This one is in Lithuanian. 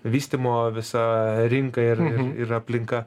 vystymo visa rinka ir ir ir aplinka